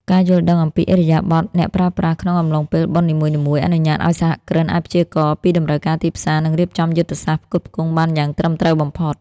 ការយល់ដឹងអំពីឥរិយាបថអ្នកប្រើប្រាស់ក្នុងអំឡុងពេលបុណ្យនីមួយៗ អនុញ្ញាតឱ្យសហគ្រិនអាចព្យាករណ៍ពីតម្រូវការទីផ្សារ និងរៀបចំយុទ្ធសាស្ត្រផ្គត់ផ្គង់បានយ៉ាងត្រឹមត្រូវបំផុត។